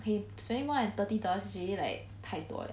pay spending more than thirty dollars is already like 太多 liao